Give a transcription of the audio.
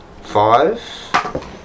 Five